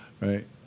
Right